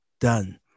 done